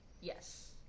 Yes